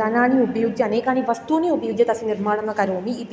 दिनानि उपयुज्य अनेकानि वस्तूनि उपयुज्य तस्य निर्माणं न करोमि इति